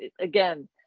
again